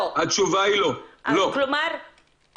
כלומר,